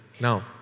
Now